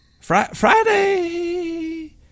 Friday